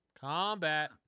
Combat